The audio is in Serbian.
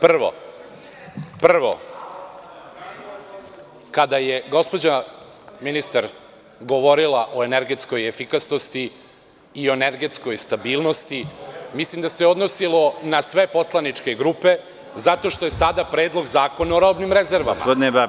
Prvo, kada je gospođa ministar govorila o energetskoj efikasnosti i o energetskoj stabilnosti, mislim da se odnosilo na sve poslaničke grupe, zato što je sada Predlog zakona o robnim rezervama.